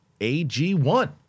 AG1